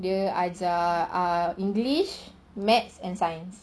dia ajar ah english maths and science